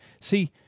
See